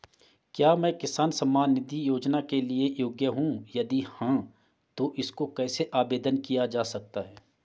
क्या मैं किसान सम्मान निधि योजना के लिए योग्य हूँ यदि हाँ तो इसको कैसे आवेदन किया जा सकता है?